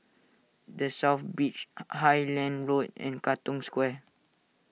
the South Beach Highland Road and Katong Square